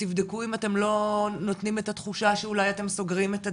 תבדקו אם אתם לא נותנים את התחושה שאולי אתם סוגרים את הדלת,